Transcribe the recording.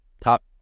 top